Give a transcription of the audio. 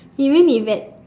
you mean you've had